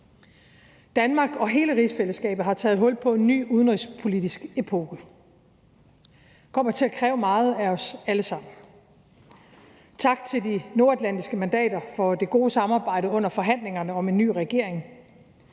Danmark og hele rigsfællesskabet har taget hul på en ny udenrigspolitisk epoke. Det kommer til at kræve meget af os alle sammen. Tak til de nordatlantiske mandater for det gode samarbejde under forhandlingerne om en ny regering.